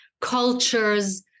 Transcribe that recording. cultures